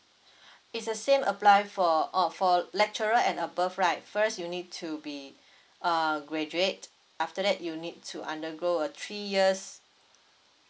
it's the same apply for oh for lecturer and above right first you need to be uh graduate after that you need to undergo a three years